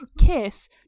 kiss